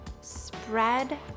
spread